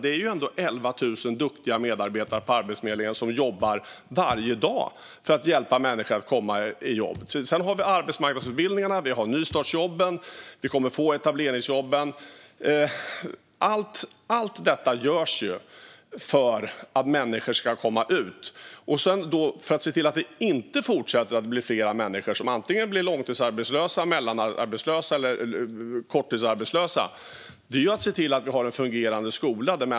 Det är ändå 11 000 duktiga medarbetare på Arbetsförmedlingen som jobbar varje dag för att hjälpa människor att komma i jobb. Sedan har vi arbetsmarknadsutbildningarna. Vi har nystartsjobben. Vi kommer att få etableringsjobb. Allt detta görs ju för att människor ska komma ut i jobb. För att se till att det inte blir fler människor som blir långtidsarbetslösa, mellanarbetslösa eller korttidsarbetslösa måste vi se till att vi har en fungerande skola.